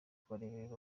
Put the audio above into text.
kureberera